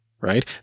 right